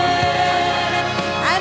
and i